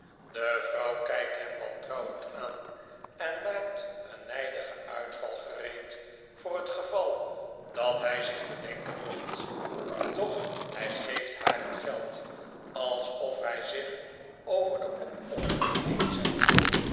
de vrouw kijkt hem wantrouwend aan en maakt een njdigen uitval gereed voor het gevai dat hy zich bedenken mocht doch hy geeft haar het geld alsof hij zich over de opoffering